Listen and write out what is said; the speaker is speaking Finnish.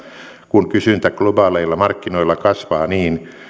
kun kysyntä globaaleilla markkinoilla kasvaa niin